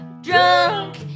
drunk